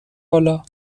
بالا